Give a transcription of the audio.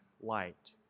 light